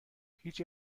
هیچ